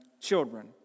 children